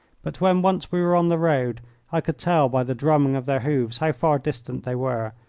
but when once we were on the road i could tell by the drumming of their hoofs how far distant they were,